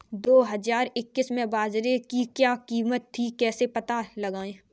दो हज़ार इक्कीस में बाजरे की क्या कीमत थी कैसे पता लगाएँ?